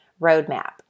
Roadmap